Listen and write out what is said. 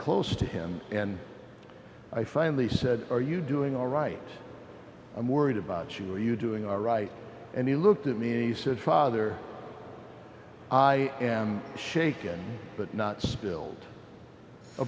close to him and i finally said are you doing all right i'm worried about you were you doing all right and he looked at me said father i am shaken but not spilled a